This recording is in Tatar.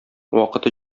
вакыты